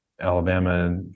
Alabama